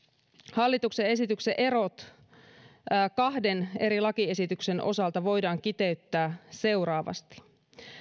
hallituksen esityksen erot kahden eri lakiesityksen osalta voidaan kiteyttää seuraavasti